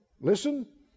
listen